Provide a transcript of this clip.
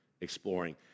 exploring